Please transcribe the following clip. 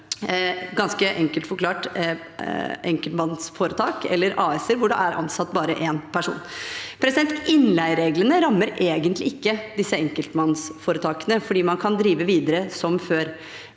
– enkelt forklart enkeltmannsforetak eller AS-er hvor det er ansatt bare én person. Innleiereglene rammer egentlig ikke disse enkeltmannsforetakene, for man kan drive videre som før.